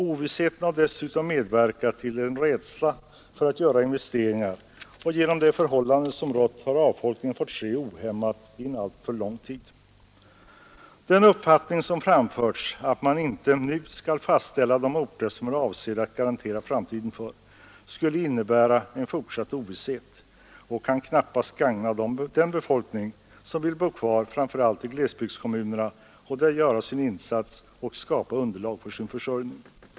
Ovissheten har dessutom medverkat till en rädsla för att göra investeringar, och genom det förhållande som rått har avfolkningen fått ske ohämmat i alltför lång tid. Den uppfattning som framförts, att man inte nu skall fastställa de orter som är avsedda att få sin framtid garanterad, skulle innebära en fortsatt ovisshet och kan knappast gagna den befolkning som vill bo kvar i framför allt glesbygdskommunerna och där göra sin insats och skapa underlag för sin försörjning.